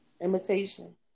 Imitation